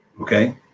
Okay